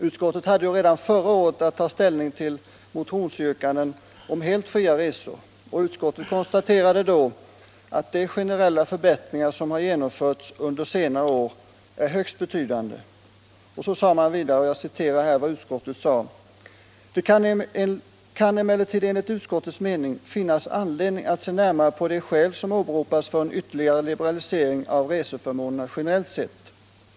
Utskottet hade redan förra året att ta ställning till motionsyrkanden om helt fria resor, och utskottet konstaterade då att de generella förbättringar som har genomförts under senare år är högst betydande. Utskottet skrev också följande: "Det kan emellertid enligt utskottets mening finnas anledning att se närmare på de skäl som åberopas för en ytterligare liberalisering av reseförmånerna generellt sett.